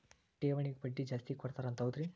ಠೇವಣಿಗ ಬಡ್ಡಿ ಜಾಸ್ತಿ ಕೊಡ್ತಾರಂತ ಹೌದ್ರಿ?